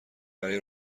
برای